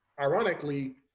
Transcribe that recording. ironically